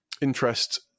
interest